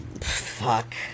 fuck